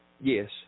Yes